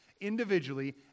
individually